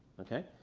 okay?